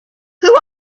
who